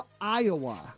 Iowa